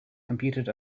computed